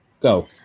go